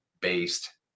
based